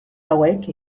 hauek